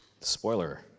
Spoiler